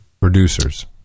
producers